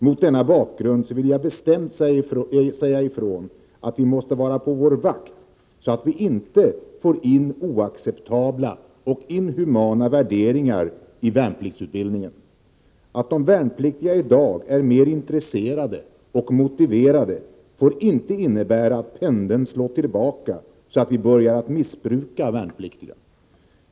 Mot denna bakgrund vill jag bestämt säga ifrån att vi måste vara på vår vakt så att vi inte får in oacceptabla och inhumana värderingar i värnpliktsutbildningen. Att de värnpliktiga i dag är mera intresserade och motiverade får inte innebära att pendeln slår tillbaka så att vi börjar att missbruka värnpliktiga.